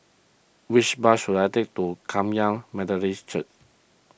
which bus should I take to Kum Yan Methodist Church